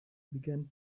began